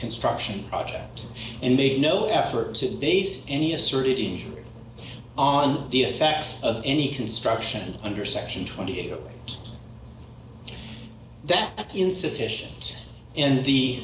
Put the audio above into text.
construction project and made no effort to base any asserted injury on the effects of any construction under section twenty eight dollars that insufficient in the